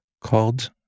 called